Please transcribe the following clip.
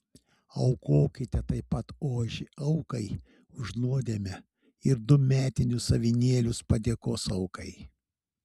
aukokite taip pat ožį aukai už nuodėmę ir du metinius avinėlius padėkos aukai